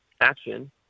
action